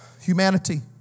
Humanity